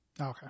Okay